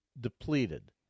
depleted